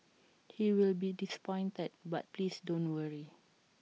he will be disappointed but please don't worry